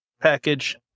package